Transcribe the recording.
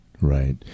right